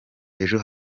ejo